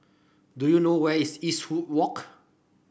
do you know where is Eastwood Walk